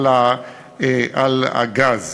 בהצעה הזאת.